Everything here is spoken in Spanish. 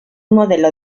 modelo